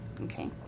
Okay